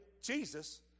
Jesus